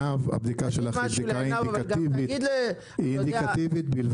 הבדיקה שלכם היא בדיקה אינדיקטיבית בלבד,